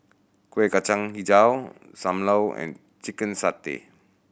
Kueh Kacang Hijau Sam Lau and chicken satay